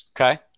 Okay